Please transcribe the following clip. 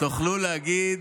תוכלו להגיד